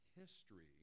history